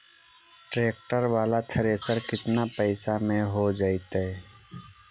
Tractor बाला thresher केतना पैसा में हो जैतै?